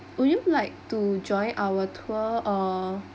would you like to join our tour or